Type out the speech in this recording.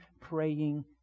praying